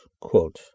quote